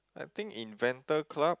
I think inventor club